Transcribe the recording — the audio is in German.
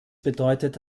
bedeutet